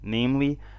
Namely